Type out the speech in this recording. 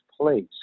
place